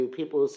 people